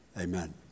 amen